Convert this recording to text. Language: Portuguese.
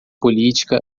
política